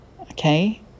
okay